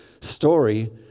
story